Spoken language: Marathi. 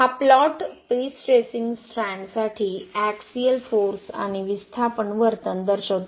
हा प्लॉट प्रीस्ट्रेसिंग स्ट्रँडसाठी एक्सिअल फोर्स आणि विस्थापन वर्तन दर्शवितो